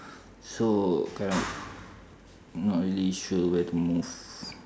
so cannot not really sure where to move